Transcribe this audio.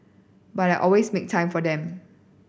but I will always make time for them